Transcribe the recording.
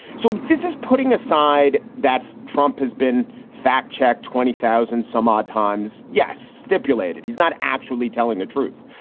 so this is putting aside that trump has been fact checked twenty thousand some odd times. yes. stipulated he's not actually telling the truth,